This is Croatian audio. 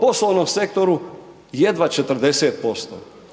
poslovnom sektoru jedva 40%.